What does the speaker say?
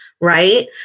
right